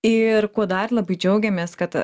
ir kuo dar labai džiaugiamės kad